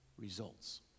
results